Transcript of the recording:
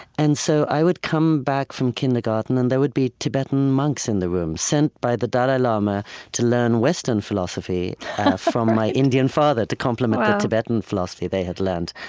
and so i would come back from kindergarten, and there would be tibetan monks in the room, sent by the dalai lama to learn western philosophy from my indian father to complement the tibetan philosophy they had learned.